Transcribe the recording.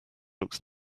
looks